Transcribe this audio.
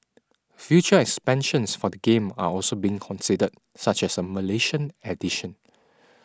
future expansions for the game are also been considered such as a Malaysian edition